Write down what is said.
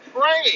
praying